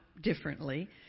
differently